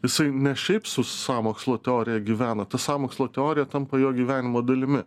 jisai ne šiaip su sąmokslo teorija gyvena ta sąmokslo teorija tampa jo gyvenimo dalimi